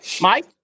Mike